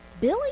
Billy